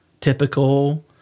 typical